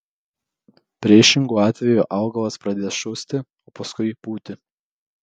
priešingu atveju augalas pradės šusti o paskui pūti